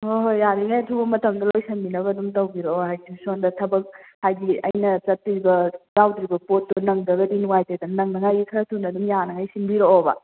ꯍꯣꯏ ꯍꯣꯏ ꯌꯥꯔꯤꯉꯩ ꯑꯊꯨꯕ ꯃꯇꯝꯗ ꯂꯣꯏꯁꯟꯕꯤꯅꯕ ꯑꯗꯨꯝ ꯇꯧꯕꯤꯔꯛꯑꯣ ꯍꯥꯏꯗꯤ ꯁꯣꯝꯗ ꯊꯕꯛ ꯍꯥꯏꯗꯤ ꯑꯩꯅ ꯆꯠꯇꯣꯔꯤꯕ ꯌꯥꯎꯗꯣꯔꯤꯕ ꯄꯣꯠꯇꯨ ꯅꯪꯗ꯭ꯔꯒꯗꯤ ꯅꯨꯡꯉꯥꯏꯇꯦꯗꯅ ꯅꯪꯅꯉꯥꯏꯒꯤ ꯈꯔ ꯊꯨꯅ ꯑꯗꯨꯝ ꯌꯥꯅꯉꯥꯏ ꯁꯤꯟꯕꯤꯔꯛꯑꯣꯕ